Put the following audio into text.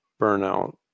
burnout